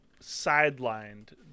sidelined